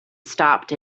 stopped